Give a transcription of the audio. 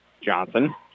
Johnson